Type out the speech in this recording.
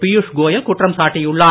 பீயுஷ் கோயல் குற்றம் சாட்டியுள்ளார்